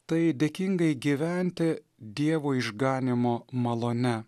tai dėkingai gyventi dievo išganymo malone